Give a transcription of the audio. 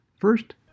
First